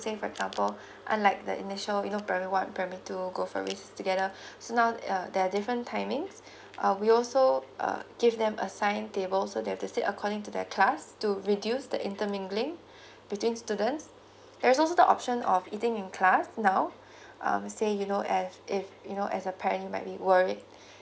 for example unlike the initial you know primary one primary two go for race together so now that uh there are different timings uh we also uh give them a sign table so that they sit according to their class to reduce the inter mingling between students there is also the option of eating in class now um say you know as if you know as a parent you might be worried